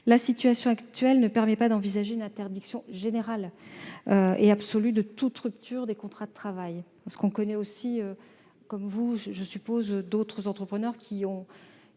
la situation actuelle ne permet pas d'envisager une interdiction générale et absolue de toute rupture des contrats de travail. Je connais- comme vous, je suppose -des entrepreneurs qui